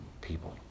people